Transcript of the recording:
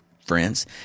friends